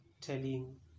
telling